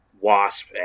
wasp